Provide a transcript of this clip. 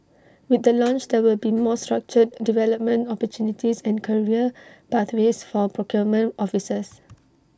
with the launch there will be more structured development opportunities and career pathways for procurement officers